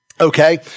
Okay